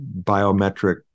biometric